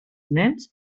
nens